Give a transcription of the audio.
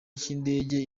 cy’indege